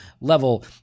level